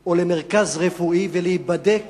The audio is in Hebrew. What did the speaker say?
או למרכז רפואי ולהיבדק